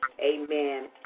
Amen